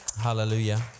Hallelujah